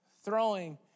throwing